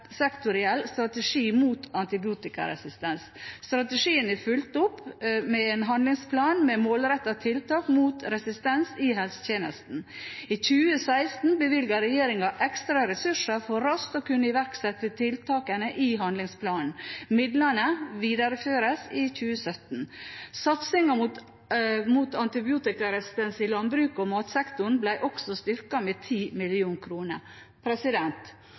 tverrsektoriell strategi mot antibiotikaresistens. Strategien er fulgt opp med en handlingsplan med målrettede tiltak mot resistens i helsetjenesten. I 2016 bevilget regjeringen ekstra ressurser for raskt å kunne iverksette tiltakene i handlingsplanen. Midlene videreføres i 2017. Satsingen mot antibiotikaresistens i landbruks- og matsektoren ble også styrket med